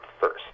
first